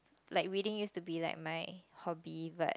like reading used to be like my hobby but